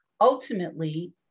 ultimately